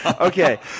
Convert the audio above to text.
okay